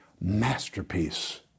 masterpiece